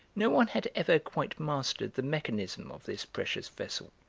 no one had ever quite mastered the mechanism of this precious vessel,